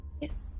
Yes